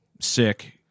sick